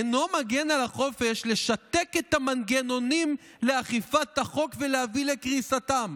אינו מגן על החופש לשתק את המנגנונים לאכיפת החוק ולהביא לקריסתם,